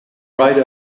right